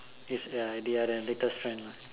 it's the idea that latest trend lah